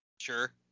Sure